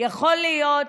יכול להיות,